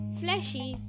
fleshy